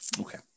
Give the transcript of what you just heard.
Okay